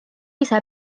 ise